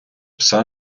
пса